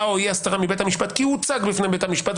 או אי הסתרה מבית המשפט כי הוצג בבית המשפט.